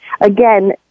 again